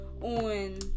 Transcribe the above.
On